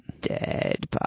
Dead